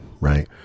right